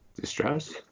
Distress